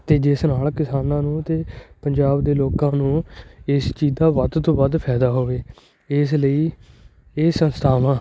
ਅਤੇ ਜਿਸ ਨਾਲ ਕਿਸਾਨਾਂ ਨੂੰ ਅਤੇ ਪੰਜਾਬ ਦੇ ਲੋਕਾਂ ਨੂੰ ਇਸ ਚੀਜ਼ ਦਾ ਵੱਧ ਤੋਂ ਵੱਧ ਫਾਇਦਾ ਹੋਵੇ ਇਸ ਲਈ ਇਹ ਸੰਸਥਾਵਾਂ